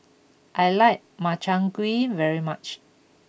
I like Makchang Gui very much